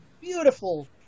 beautiful